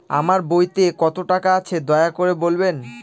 আমার বইতে কত টাকা আছে দয়া করে বলবেন?